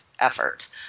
effort